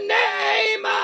name